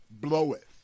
bloweth